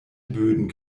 böden